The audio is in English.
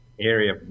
area